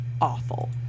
awful